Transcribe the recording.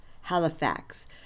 Halifax